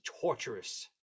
torturous